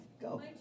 Go